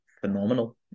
Phenomenal